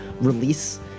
release